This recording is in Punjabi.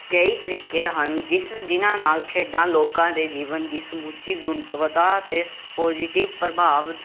ਕਈ ਤਰੀਕੇ ਹਨ ਜਿਸ ਜਿੰਨ੍ਹਾਂ ਨਾਲ ਖੇਡਾਂ ਲੋਕਾਂ ਦੇ ਜੀਵਨ ਦੀ ਸਮੁੱਚੀ ਗੁਣਵਤਾ 'ਤੇ ਪੋਜੀਟਿਵ ਪ੍ਰਭਾਵ